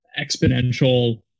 exponential